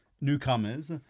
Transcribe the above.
newcomers